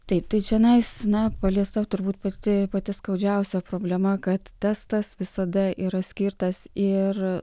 taip tai čionais na paliesta turbūt pati pati skaudžiausia problema kad testas visada yra skirtas ir